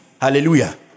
Hallelujah